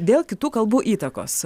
dėl kitų kalbų įtakos